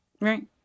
right